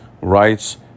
rights